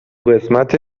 قسمت